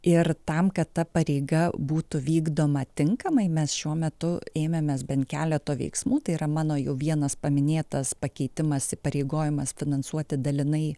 ir tam kad ta pareiga būtų vykdoma tinkamai mes šiuo metu ėmėmės bent keleto veiksmų tai yra mano jau vienas paminėtas pakeitimas įpareigojimas finansuoti dalinai